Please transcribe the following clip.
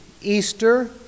Easter